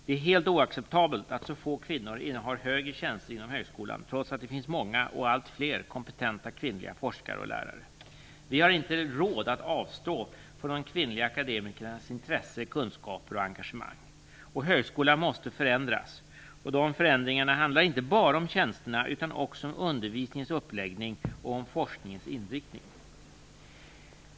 Det är helt oacceptabelt att så få kvinnor innehar högre tjänster inom högskolan, trots att det finns många, och allt fler, kompetenta kvinnliga forskare och lärare. Vi har inte råd att avstå från de kvinnliga akademikernas intresse, kunskaper och engagemang. Högskolan måste förändras, och de förändringarna handlar inte bara om tjänsterna utan också om undervisningens uppläggning och om forskningens inriktning.